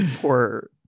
poor